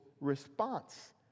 response